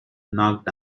knock